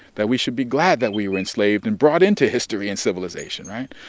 that we should be glad that we were enslaved and brought into history and civilization, right?